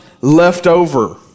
leftover